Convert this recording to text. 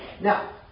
Now